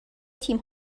تیم